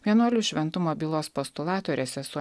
vienuolių šventumo bylos postulatorė sesuo